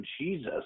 Jesus